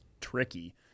tricky